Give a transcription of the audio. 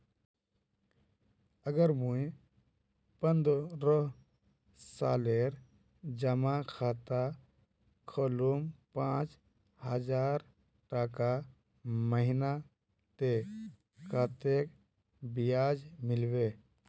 अगर मुई पन्द्रोह सालेर जमा खाता खोलूम पाँच हजारटका महीना ते कतेक ब्याज मिलबे?